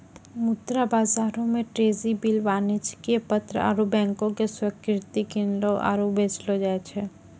मुद्रा बजारो मे ट्रेजरी बिल, वाणिज्यक पत्र आरु बैंको के स्वीकृति किनलो आरु बेचलो जाय छै